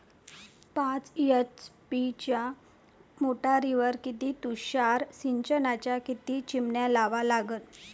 पाच एच.पी च्या मोटारीवर किती तुषार सिंचनाच्या किती चिमन्या लावा लागन?